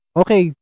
okay